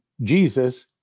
Jesus